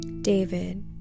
David